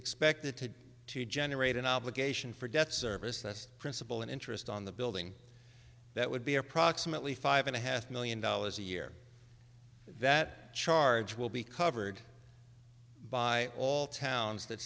expected to to generate an obligation for debt service that's principal and interest on the building that would be approximately five and a half million dollars a year that charge will be covered by all towns that